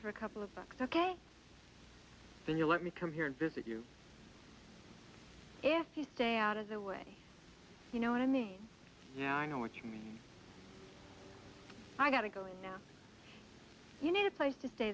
for a couple of bucks ok will you let me come here and visit you if you stay out of the way you know what i mean yeah i know what you mean i gotta go now you need a place to stay